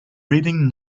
reading